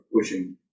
pushing